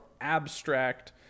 abstract